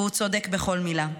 והוא צודק בכל מילה.